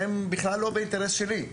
שהם בכלל לא באינטרס שלי,